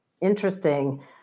interesting